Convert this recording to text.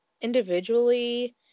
individually